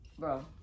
Bro